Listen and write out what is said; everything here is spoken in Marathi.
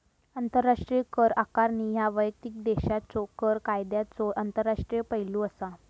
आंतरराष्ट्रीय कर आकारणी ह्या वैयक्तिक देशाच्यो कर कायद्यांचो आंतरराष्ट्रीय पैलू असा